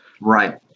Right